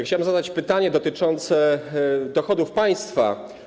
Chciałbym zadać pytanie dotyczące dochodów państwa.